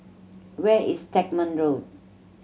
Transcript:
where is Stagmont Road